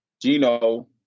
Gino